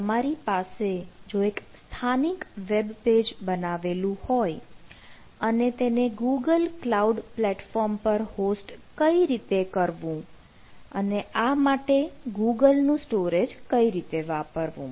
તમારી પાસે જો એક સ્થાનિક વેબપેજ બનાવેલું હોય અને તેને ગૂગલ ક્લાઉડ પ્લેટફોર્મ પર હોસ્ટ કઈ રીતે કરવું અને આ માટે ગૂગલનું સ્ટોરેજ કઈ રીતે વાપરવું